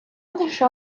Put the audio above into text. лише